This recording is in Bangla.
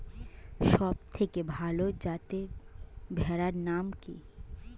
সবথেকে ভালো যাতে ভেড়ার নাম কি?